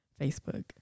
Facebook